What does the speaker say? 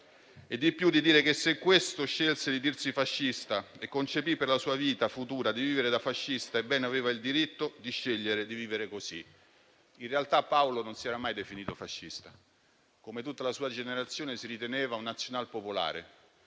E di più: di dire che se questo scelse di dirsi fascista e concepì per la sua vita futura di vivere da fascista, ebbene, aveva il diritto di scegliere e di vivere così». In realtà Paolo non si era mai definito fascista: come tutta la sua generazione, si riteneva un nazional-popolare,